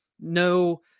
No